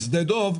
משדה דב,